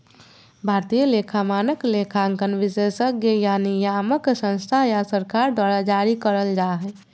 भारतीय लेखा मानक, लेखांकन विशेषज्ञ या नियामक संस्था या सरकार द्वारा जारी करल जा हय